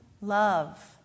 Love